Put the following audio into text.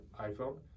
iPhone